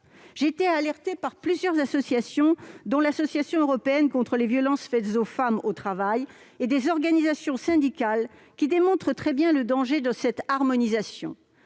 J'ai été alertée par plusieurs associations, dont l'association européenne contre les violences faites aux femmes au travail, l'AVFT, et par diverses organisations syndicales qui montrent très bien le danger d'une telle harmonisation.